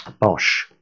Bosch